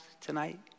tonight